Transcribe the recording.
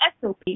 SOP